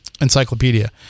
encyclopedia